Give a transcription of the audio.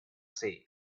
say